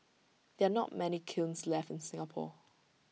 there are not many kilns left in Singapore